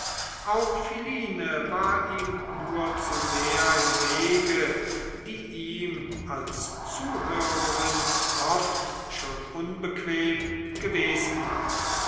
auch philine war ihm nur zu sehr im wege die ihm als zuhörerin oft schon unbequem gewesen war